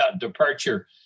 departure